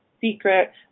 secret